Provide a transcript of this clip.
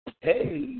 Hey